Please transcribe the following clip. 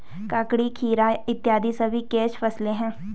ककड़ी, खीरा इत्यादि सभी कैच फसलें हैं